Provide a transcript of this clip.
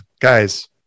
Guys